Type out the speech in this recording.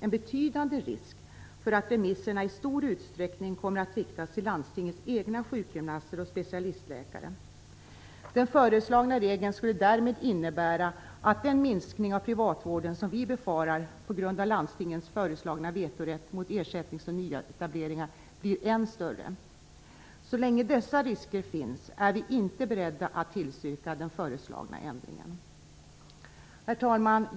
en betydande risk för att remisserna i stor utsträckning kommer att riktas till landstingens egna sjukgymnaster och specialistläkare. Den föreslagna regeln skulle därmed innebära att den minskning av privatvården som vi befarar på grund av landstingens föreslagna vetorätt mot ersättnings och nyetableringar blir än större. Så länge dessa risker finns är vi inte beredda att tillstyrka den föreslagna ändringen. Herr talman!